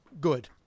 good